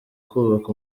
kubaka